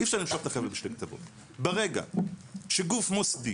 אי אפשר למשוך את